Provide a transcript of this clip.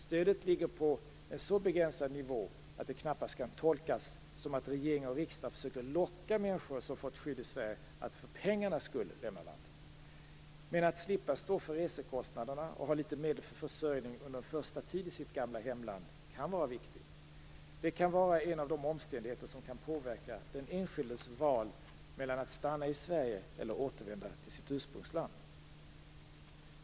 Stödet ligger på en så begränsad nivå att det knappast kan tolkas som att regering och riksdag försöker locka människor som fått skydd i Sverige att för pengarnas skull lämna landet. Men att slippa stå för resekostnaderna och ha litet medel för försörjning under en första tid i sitt gamla hemland kan vara viktigt. Det kan vara en av de omständigheter som kan påverka den enskildes val mellan att stanna i Sverige eller återvända till sitt ursprungsland.